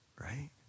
right